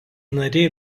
nariai